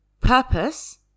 purpose